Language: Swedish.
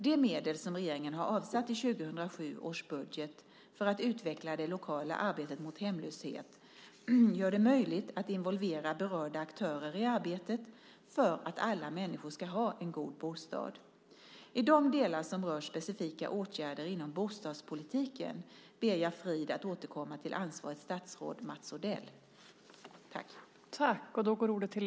De medel som regeringen har avsatt i 2007 års budget för att utveckla det lokala arbetet mot hemlöshet gör det möjligt att involvera berörda aktörer i arbetet för att alla människor ska ha en god bostad. I de delar som rör specifika åtgärder inom bostadspolitiken ber jag Frid att återkomma till ansvarigt statsråd Mats Odell.